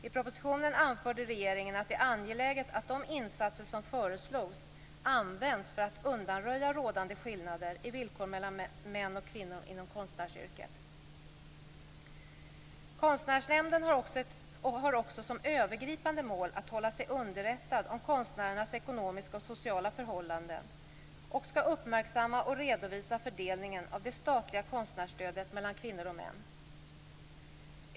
I propositionen anförde regeringen att det är angeläget att de insatser som föreslogs används för att undanröja rådande skillnader i villkor mellan män och kvinnor inom konstnärsyrket. Konstnärsnämnden har också som övergripande mål att hålla sig underrättad om konstnärernas ekonomiska och sociala förhållanden och skall uppmärksamma och redovisa fördelningen av det statliga konstnärsstödet mellan kvinnor och män.